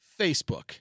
Facebook